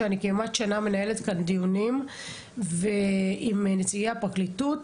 אני כמעט שנה מנהלת כאן דיונים עם נציגי הפרקליטות,